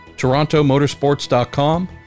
TorontoMotorsports.com